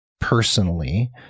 personally